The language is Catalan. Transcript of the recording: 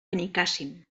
benicàssim